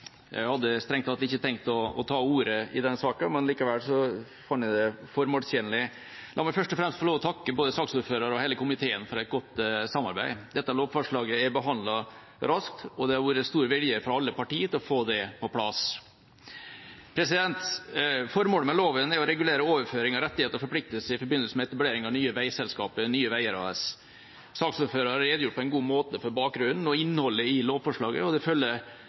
Jeg hadde strengt tatt ikke tenkt å ta ordet i denne saken. Likevel fant jeg det formålstjenlig. La meg først og fremst få takke både saksordføreren og hele komiteen for et godt samarbeid. Dette lovforslaget er behandlet raskt, og det har vært stor vilje fra alle partier til å få det på plass. Formålet med loven er å regulere overføring av rettigheter og forpliktelser i forbindelse med etablering av det nye veiselskapet Nye Veier AS. Saksordføreren har redegjort på en god måte for bakgrunnen og innholdet i lovforslaget, og det